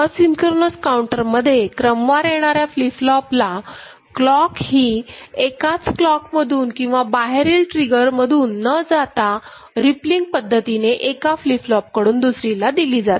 asynchronous counter मध्ये क्रमवार येणाऱ्या फ्लिपफ्लोपला क्लॉक ही एकाच क्लॉक मधून किंवा बाहेरील ट्रिगर मधून न जाता रिप्पलींग पद्धतीने एका फ्लिपफ्लोप कडून दुसरीला दिली जाते